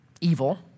evil